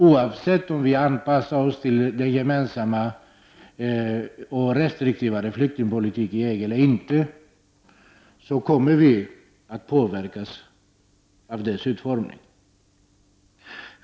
Oavsett om vi anpassar oss eller inte till den gemensamma restriktivare flyktingpolitik som förs inom EG kommer vi att påverkas av dess utformning.